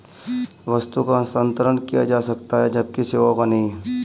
वस्तु का हस्तांतरण किया जा सकता है जबकि सेवाओं का नहीं